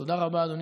תודה רבה, אדוני